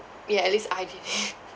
ya at least art is